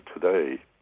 today